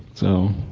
so,